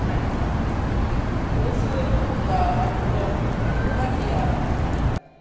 ਮੈਨੂੰ ਉਸ ਦਾ ਅਨੁਭਵ ਹੁਣ ਤੱਕ ਯਾਦ ਹੈ